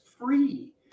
free